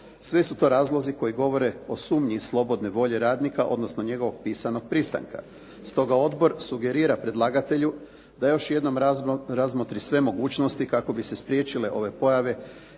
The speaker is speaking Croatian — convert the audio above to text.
Sve su to razlozi koji govore o sumnji slobodne volje radnika odnosno njegovog pisanog pristanka. Stoga odbor sugerira predlagatelju da još jednom razmotri sve mogućnosti kako bi se spriječile ove pojave